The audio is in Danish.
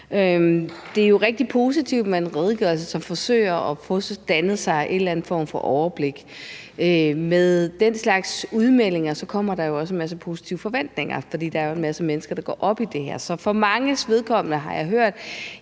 Det er jo rigtig positivt med en redegørelse, som forsøger at give os en eller anden form for overblik. Med den slags udmeldinger kommer der jo også en masse positive forventninger, for der er en masse mennesker, der går op i det her, og som for manges vedkommende, har jeg hørt,